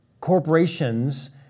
corporations